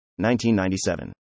1997